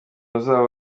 uzaba